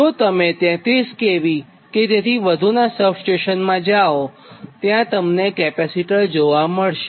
જો તમે ૩૩kV કે તેથી વધુનાં સબસ્ટેશનમાં જાઓ ત્યાં તમને કેપેસિટર જોવા મળશે